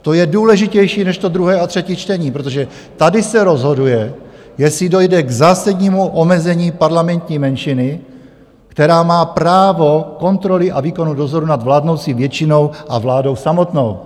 To je důležitější než to druhé a třetí čtení, protože tady se rozhoduje, jestli dojde k zásadnímu omezení parlamentní menšiny, která má právo kontroly a výkonu dozoru nad vládnoucí většinou a vládou samotnou.